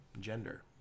gender